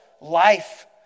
life